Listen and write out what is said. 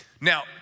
Now